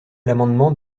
l’amendement